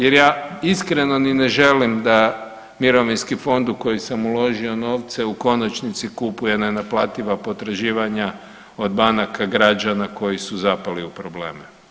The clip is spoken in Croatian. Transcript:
Jer ja iskreno ni ne želim da mirovinski fond u koji sam uložio novce u konačnici kupuje nenaplativa potraživanja od banaka, građana koji su zapali u probleme.